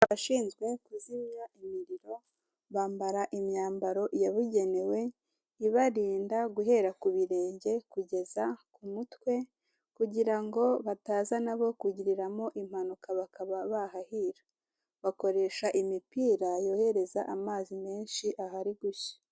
Abashinzwe kuzimya umuriro bambara imyambaro yabugenewe ibarinda guhera ku birenge kugeza ku mutwe kugira ngo bataza nabo kugiriramo impanuka bakaba bahahira, bakoresha imipira yohereza amazi menshi ahari gushya.